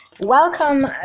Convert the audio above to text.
welcome